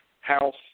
house